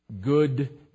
good